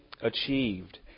achieved